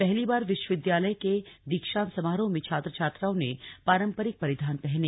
पहली बार विश्वविद्याल के दीक्षांत समारोह में छात्र छात्राओं ने पारम्परिक परिधान पहने